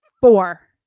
Four